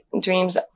dreams